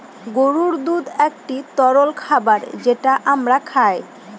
গরুর দুধ একটি তরল খাবার যেটা আমরা খায়